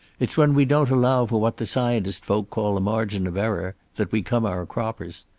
it's when we don't allow for what the scientist folk call a margin of error that we come our croppers.